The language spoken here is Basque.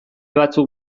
batzuk